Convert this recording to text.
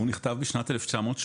והוא נכתב בשנת 1980: